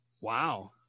Wow